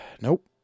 Nope